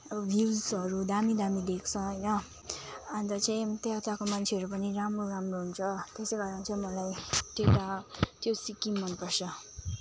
अब भ्युजहरू दामी दामी देख्छ होइन अन्त चाहिँ त्यताको मान्छेहरू पनि राम्रो राम्रो हुन्छ त्यसै कारण चाहिँ मलाई त्यता त्यो सिक्किम मनपर्छ